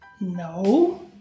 No